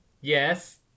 Yes